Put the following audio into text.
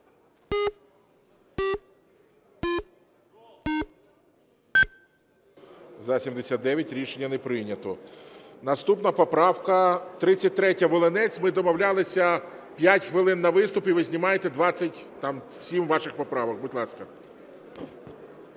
За-79 Рішення не прийнято. Наступна поправка 33, Волинець. Ми домовлялися, 5 хвилин на виступ і ви знімаєте 27 ваших поправок. Будь ласка.